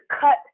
cut